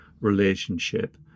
relationship